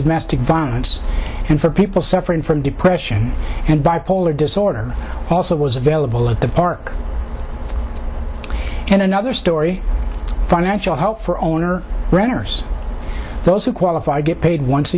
domestic violence and for people suffering from depression and bipolar disorder also was available at the park and another story financial help for owner runners those who qualify get paid once